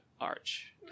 Arch